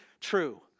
true